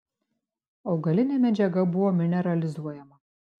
augalinė medžiaga buvo mineralizuojama